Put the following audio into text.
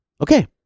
Okay